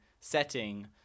setting